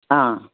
ꯑꯥ